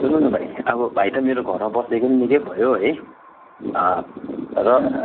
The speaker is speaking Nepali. सुन्नु न भाइ अब भाइ त मेरो घरमा बसेको पनि निकै भयो है र